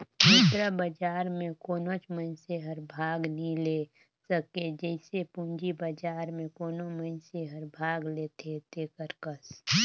मुद्रा बजार में कोनोच मइनसे हर भाग नी ले सके जइसे पूंजी बजार में कोनो मइनसे हर भाग लेथे तेकर कस